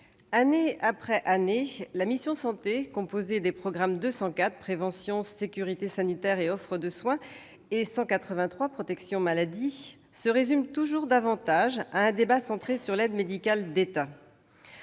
année après année, la mission « Santé », composée des programmes 204, « Prévention, sécurité sanitaire et offre de soins », et 183, « Protection maladie », se résume toujours davantage à un débat centré sur l'aide médicale de l'État.